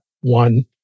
one